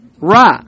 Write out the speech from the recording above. ra